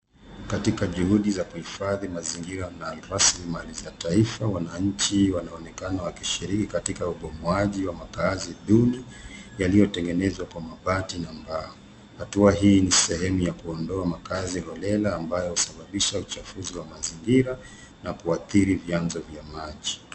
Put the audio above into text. Katika juhudi za kuhifadhi mazingira na mali za taifa wanachi wanaonekana wakishiriki katika ubomoaji wa makaazi duni yaliyotengenezwa kwa mabati na mbao. Hatua hii ni sehemu ya kuondoa makazi holela ambayo husababisha uchafuzi wa mazingira na kuadhiri vianzo vya maji.